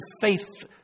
faith